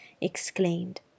exclaimed